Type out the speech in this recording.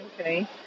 Okay